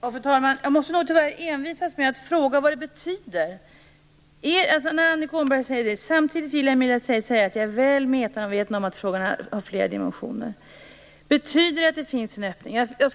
Fru talman! Jag måste nog tyvärr envisas med att fråga vad det betyder när Annika Åhnberg säger: Samtidigt är jag väl medveten om att frågan har flera dimensioner. Betyder det att det finns en öppning?